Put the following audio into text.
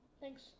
Thanks